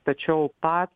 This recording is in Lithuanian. tačiau pats